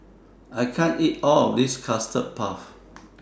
I can't eat All of This Custard Puff